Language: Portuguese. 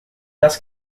das